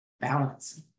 balance